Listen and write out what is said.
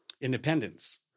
Independence